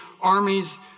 armies